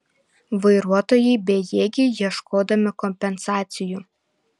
vairuotojai bejėgiai ieškodami kompensacijų